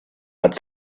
hat